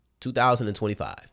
2025